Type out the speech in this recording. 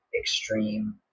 extreme